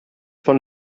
von